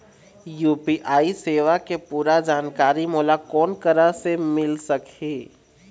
UPI सेवा के पूरा जानकारी मोला कोन करा से मिल सकही?